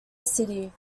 city